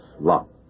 locked